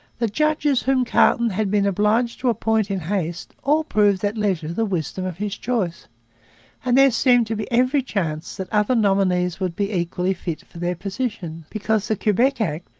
the judges whom carleton had been obliged to appoint in haste all proved at leisure the wisdom of his choice and there seemed to be every chance that other nominees would be equally fit for their positions, because the quebec act,